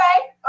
okay